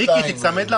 מיקי, תיצמד לעובדות.